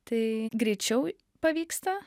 tai greičiau pavyksta